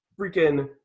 freaking –